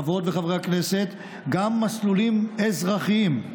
חברות וחברי הכנסת, גם מסלולים אזרחיים,